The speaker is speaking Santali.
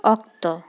ᱚᱠᱛᱚ